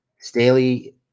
Staley